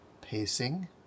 pacing